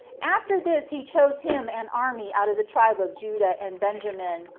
after this he chose him an army out of the tribe of judah and benjamin,